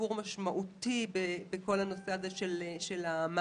שיפור משמעותי בכל הנושא הזה של המענה